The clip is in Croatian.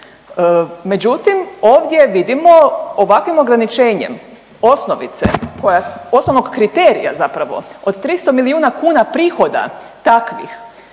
Međutim ovdje vidimo ovakvim ograničenjem osnovice, poslovnog kriterija zapravo od 300 milijuna kuna prihoda takvih